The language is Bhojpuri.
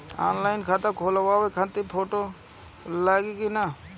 ऑनलाइन खाता खोलबाबे मे फोटो लागि कि ना?